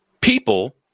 people